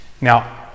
Now